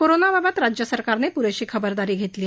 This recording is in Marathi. कोरोनाबाबत राज्य सरकारनं प्रेशी खबरदारी घेतली आहे